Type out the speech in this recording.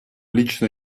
лично